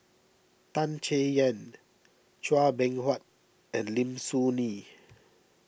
Tan Chay Yan Chua Beng Huat and Lim Soo Ngee